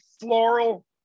floral